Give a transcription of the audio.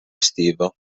estivo